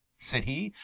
said he,